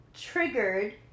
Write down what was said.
triggered